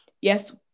Yes